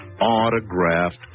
autographed